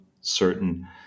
certain